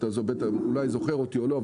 אתה אולי זוכר אותי או לא,